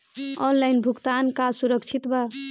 Online भुगतान का सुरक्षित बा?